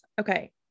Okay